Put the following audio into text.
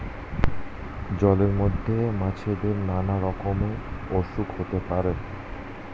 জলের মধ্যে মাছেদের নানা রকমের অসুখ হতে পারে